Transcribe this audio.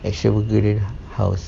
extravagant houses